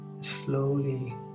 slowly